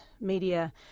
Media